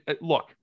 look